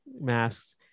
masks